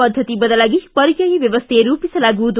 ಪದ್ಧತಿ ಬದಲಾಗಿ ಪರ್ಯಾಯ ವ್ಯವಸ್ಥೆ ರೂಪಿಸಲಾಗುವುದು